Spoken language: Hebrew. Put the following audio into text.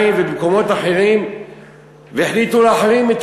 ובמקומות אחרים והחליטו להחרים את